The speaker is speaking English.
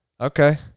Okay